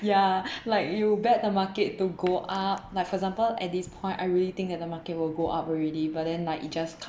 ya like you bet the market to go up like for example at this point I really think that the market will go up already but then like it just co~